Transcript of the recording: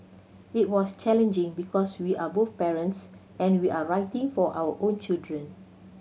it was challenging because we are both parents and we are writing for our own children